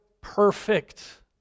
perfect